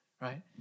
right